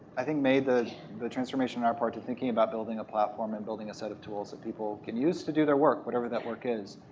i think, made the the transformation on our part to thinking about building a platform and building a set of tools that people can use to do their work, whatever that work is.